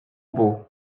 beau